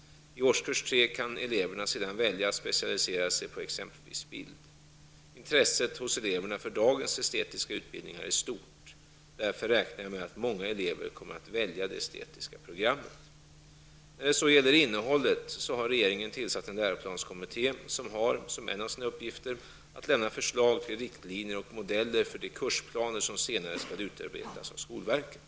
I årskurs 3 kan eleverna sedan välja att specialisera sig på exempelvis bild. Intresset hos eleverna för dagens estetiska utbildningar är stort. Därför räknar jag med att många elever kommer att välja det estetiska programmet. När det så gäller innehållet har regeringen tillsatt en läroplanskommitté som har, som en av sina uppgifter, att lämna förslag till riktlinjer och modeller för de kursplaner som senare skall utarbetas av skolverket.